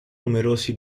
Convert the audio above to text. numerosi